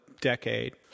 decade